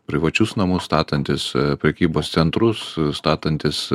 privačius namus statantis prekybos centrus statantis